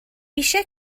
eisiau